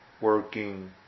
working